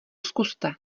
zkuste